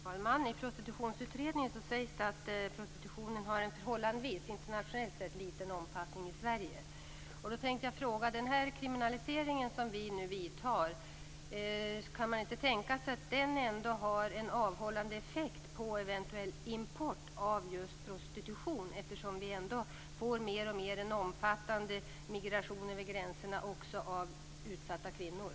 Herr talman! I Prostitutionsutredningen sägs det att prostitutionen har en internationellt sett förhållandevis liten omfattning i Sverige. Jag tänkte fråga om man inte kan tänka sig att den kriminalisering som vi nu vidtar har en avhållande effekt på eventuell import av just prostitution. Vi får en större och större migration över gränserna också av utsatta kvinnor.